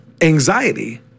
anxiety